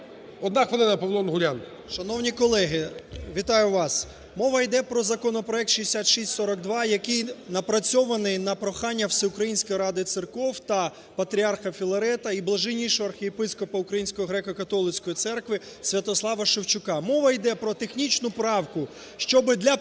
УНГУРЯН П.Я. Шановні колеги, вітаю вас! Мова йде про законопроект 6642, який напрацьований на прохання Всеукраїнської ради церков та Патріарха Філарета і Блажейнішого Архієпископа Української Греко-Католицької Церкви Святослава Шевчука. Мова йде про технічну правку, щоб для